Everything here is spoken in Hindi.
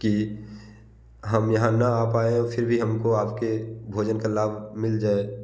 कि हम यहाँ ना आ पाएँ फिर भी हम को आपके भोजन का लाभ मिल जाए